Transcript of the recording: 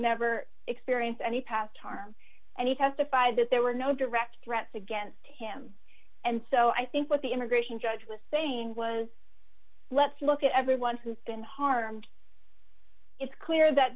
never experienced any past harm and he has the by that there were no direct threats against him and so i think what the immigration judge was saying was let's look at everyone who has been harmed it's clear that